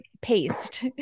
paste